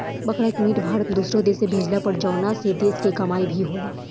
बकरा के मीट भारत से दुसरो देश में भेजाला पर जवना से देश के कमाई भी होला